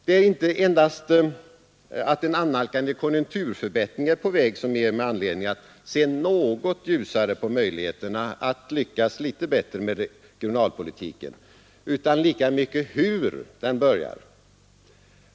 Det är inte endast att en annalkande konjunkturförbättring är på väg som ger mig anledning att se något ljusare på möjligheterna att lyckas med regionalpolitiken, utan lika mycket hur den börjar.